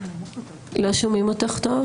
לא שומעים אותך טוב.